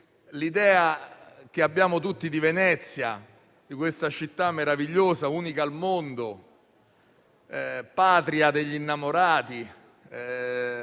L'idea che abbiamo tutti di Venezia è quella di una città meravigliosa unica al mondo, patria degli innamorati,